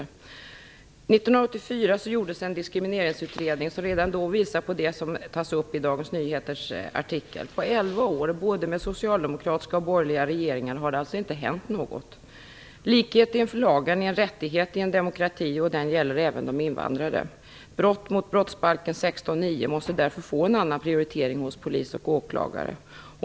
År 1984 gjordes en diskrimineringsutredning, och redan den tog upp det som påvisas i Dagens Nyheters artikel. På elva år med regeringar av både socialdemokratiskt och borgerligt slag har det alltså inte hänt något. Likhet inför lagen är en rättighet i en demokrati, och den gäller även de invandrade. Brott mot 16 kap. 9 § brottsbalken måste därför få en annan prioritering hos polis och åklagare.